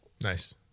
Nice